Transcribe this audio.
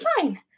fine